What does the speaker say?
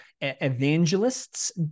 evangelists